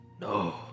No